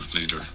leader